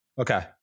Okay